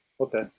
okay